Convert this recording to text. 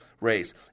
race